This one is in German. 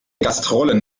gastrollen